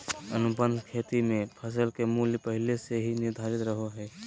अनुबंध खेती मे फसल के मूल्य पहले से ही निर्धारित रहो हय